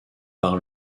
par